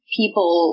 people